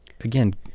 again